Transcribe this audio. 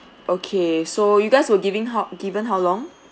okay so you guys were giving how given how long